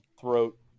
throat